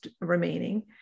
remaining